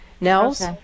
Nels